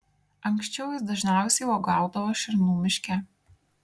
anksčiau jis dažniausiai uogaudavo šernų miške